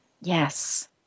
Yes